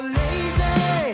lazy